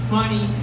money